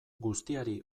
guztiari